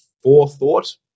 forethought